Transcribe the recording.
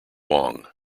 wong